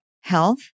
health